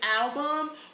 album